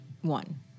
one